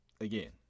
again